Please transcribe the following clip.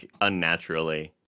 unnaturally